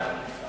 מי נגד?